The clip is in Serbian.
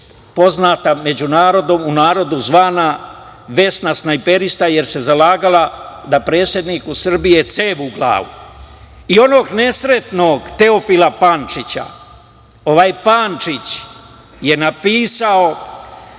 poznata u narodu zvana „Vesna snajperista“, jer se zalagala da predsedniku Srbije cev u glavu, i onog nesretnog Teofila Pančića. Ovaj Pančić je napisao,